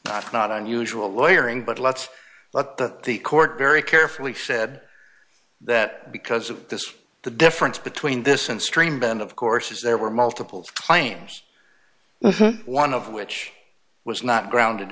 down i'm not unusual lawyer in but let's look at the the court very carefully said that because of this the difference between this and stream them of course is there were multiple claims one of which was not grounded